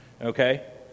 Okay